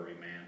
man